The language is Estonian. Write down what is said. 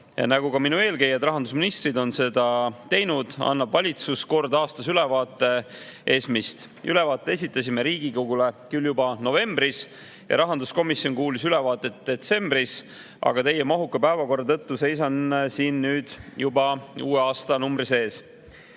Nagu ka minu eelkäijad rahandusministrid on seda teinud, annab valitsus kord aastas ülevaate ESM‑ist. Ülevaate esitasime Riigikogule küll juba novembris ja rahanduskomisjon kuulis ülevaadet detsembris, aga teie mahuka päevakorra tõttu seisan siin alles nüüd, uue aastanumbri